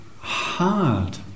hard